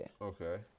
Okay